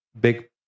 big